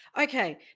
okay